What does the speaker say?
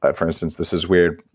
ah for instance, this is weird.